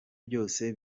byose